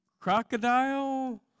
crocodile